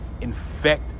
infect